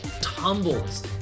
tumbles